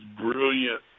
brilliant